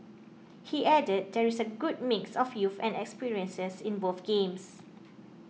he added there is a good mix of youth and experiences in both games